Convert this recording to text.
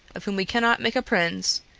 of whom we cannot make a prince,